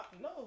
No